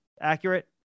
Accurate